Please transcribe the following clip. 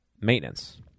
maintenance